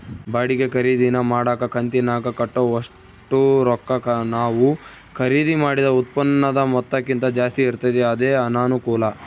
ಬಾಡಿಗೆ ಖರೀದಿನ ಮಾಡಕ ಕಂತಿನಾಗ ಕಟ್ಟೋ ಒಷ್ಟು ರೊಕ್ಕ ನಾವು ಖರೀದಿ ಮಾಡಿದ ಉತ್ಪನ್ನುದ ಮೊತ್ತಕ್ಕಿಂತ ಜಾಸ್ತಿ ಇರ್ತತೆ ಅದೇ ಅನಾನುಕೂಲ